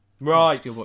Right